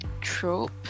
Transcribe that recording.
trope